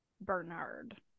Bernard